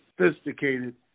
sophisticated